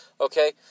Okay